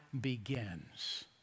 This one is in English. begins